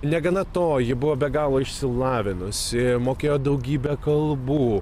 negana to ji buvo be galo išsilavinusi mokėjo daugybę kalbų